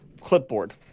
clipboard